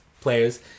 players